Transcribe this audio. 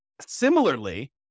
Similarly